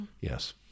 yes